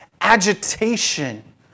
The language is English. agitation